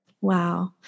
Wow